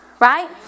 Right